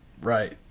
Right